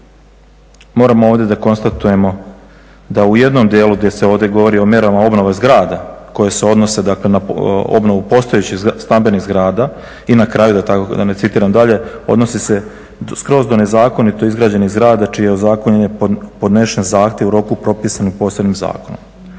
moramo ovdje da konstatiramo da u jednom dijelu gdje se ovdje govori o mjerama obnove zgrada koje se odnose dakle na obnovu postojećih stambenih zgrada i na kraju da ne citiram dalje odnosi se skroz do nezakonito izgrađenih zgrada za čije ozakonjenje podnesen zahtjev u roku propisan posebnim zakonom.